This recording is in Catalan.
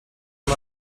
rom